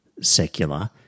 secular